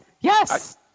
Yes